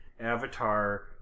Avatar